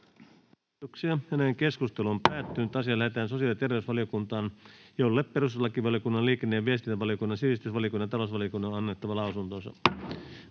Kiitos.